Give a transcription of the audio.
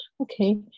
okay